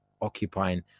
occupying